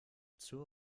zur